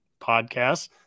podcasts